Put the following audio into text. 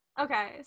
Okay